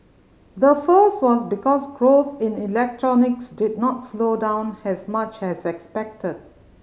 the first was because growth in electronics did not slow down has much has expected